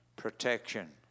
Protection